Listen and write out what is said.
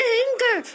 anger